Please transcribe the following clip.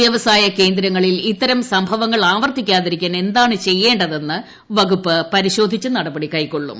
വ്യവസായകേന്ദ്രങ്ങളിൽ ഇത്തരം സംഭവങ്ങൾ ആവർത്തിക്കാതിരിക്കാൻ എന്താണ് ചെയ്യേണ്ടതെന്ന് വകുപ്പ് പരിശോധിച്ച് നടപടി കൈക്കൊള്ളും